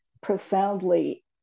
profoundly